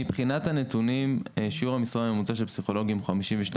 מבחינת הנתונים: שיעור המשרה הממוצע של פסיכולוגים הוא 52